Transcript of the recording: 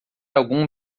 algum